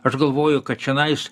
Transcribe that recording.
aš galvoju kad čianais